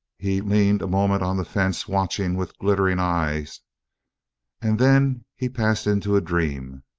he leaned a moment on the fence watching with glittering eyes and then he passed into a dream.